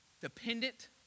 Dependent